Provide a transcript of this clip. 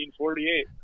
1848